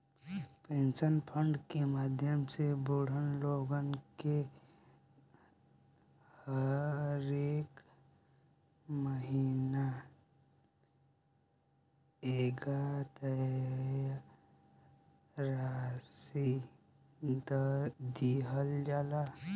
pension fund के माध्यम से बूढ़ लोग के हरेक महीना एगो तय राशि दीहल जाला